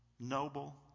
noble